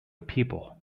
people